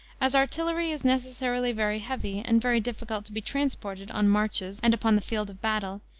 as artillery is necessarily very heavy, and very difficult to be transported on marches and upon the field of battle,